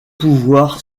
pouvoir